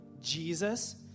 Jesus